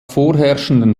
vorherrschenden